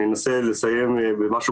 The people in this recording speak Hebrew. אני אנסה לסיים במשהו